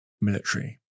military